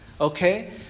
Okay